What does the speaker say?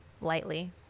lightly